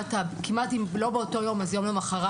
ברמת הכמעט, אם לא באותו יום, אז יום למחרת.